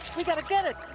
we've gotta get it.